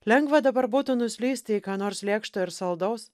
lengva dabar būtų nuslysti į ką nors lėkšto ir saldaus